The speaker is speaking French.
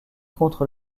contre